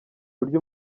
buryo